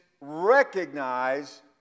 recognize